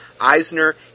Eisner